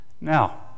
Now